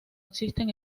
existen